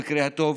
במקרה הטוב,